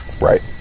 Right